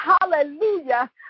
Hallelujah